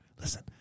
listen